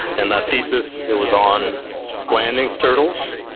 and that thesis was on blanding's turtles,